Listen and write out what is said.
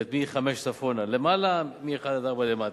מ-5 צפונה למעלה, מ-1 עד 4 למטה,